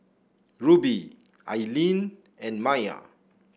Rubie Ilene and Maia